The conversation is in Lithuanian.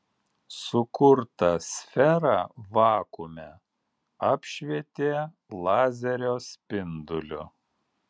sukurtą sferą vakuume apšvietė lazerio spinduliu